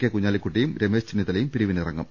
K കുഞ്ഞാലിക്കു ട്ടിയും രമേശ് ചെന്നിത്തലയും പിരിവിനിറങ്ങും